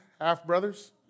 half-brothers